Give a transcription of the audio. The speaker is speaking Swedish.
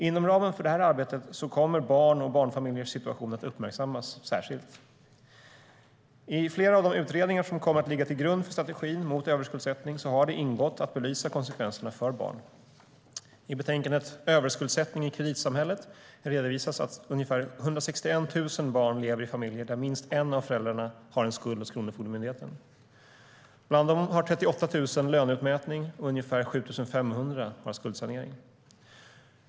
Inom ramen för detta arbete kommer barns och barnfamiljers situation att uppmärksammas särskilt.I flera av de utredningar som kommer att ligga till grund för strategin mot överskuldsättning har ingått att belysa konsekvenserna för barn. redovisas att ungefär 161 000 barn lever i familjer där minst en av föräldrarna har en skuld hos Kronofogdemyndigheten. Bland dessa har 38 000 löneutmätning och ungefär 7 500 skuldsanering.